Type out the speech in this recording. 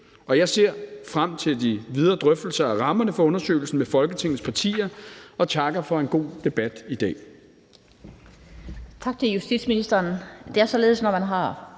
Jeg ser frem til de videre drøftelser af rammerne for undersøgelsen med Folketingets partier og takker for en god debat i dag.